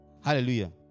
Hallelujah